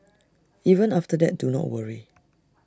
even after that do not worry